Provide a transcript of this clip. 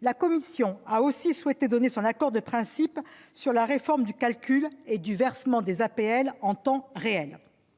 la commission a aussi souhaité donner son accord de principe sur la réforme du calcul et du versement des APL en temps réel,